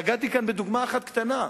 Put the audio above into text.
נגעתי כאן בדוגמה אחת קטנה,